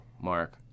Mark